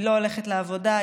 היא לא הולכת לעבודה,